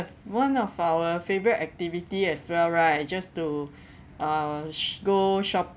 one of our favourite activity as well right is just to uh sh~ go shopping